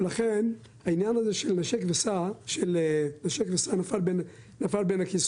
לכן העניין הזה של 'נשק וסע' נפל בין הכיסאות.